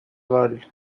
world